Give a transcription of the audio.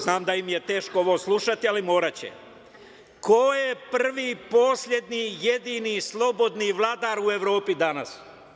Znam da im je teško ovo slušati, ali moraće - ko je prvi, poslednji, jedini slobodni vladar u Evropi danas?